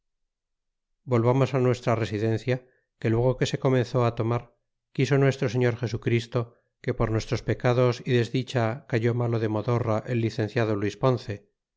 volvamos nuestra residencia que luego que se comenzó tomar quiso nuestro señor jesu christo que por nuestros pecados y desdicha cayó malo de modorra el licenciado luis ponce